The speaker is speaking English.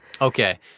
Okay